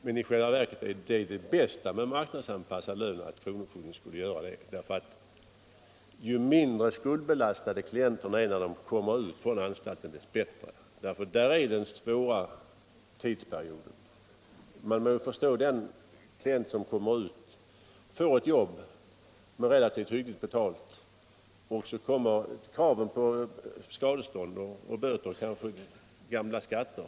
Men i själva verket är det ju det bästa med en marknadsanpassad lön att kronofogden kan göra detta. Ju mindre skuldbelastade klienterna är när de kommer ut från anstalten, desto bättre är det, ty då börjar just den svåra tidsperioden. Man bör kunna förstå den klient som kommer ut från en anstalt och får ett jobb med relativt hygglig lön men som då möts av krav på skadestånd, böter och kanske även gamla skatter.